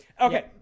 Okay